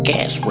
Gas